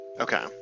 Okay